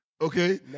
Okay